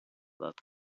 that